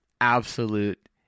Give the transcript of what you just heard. absolute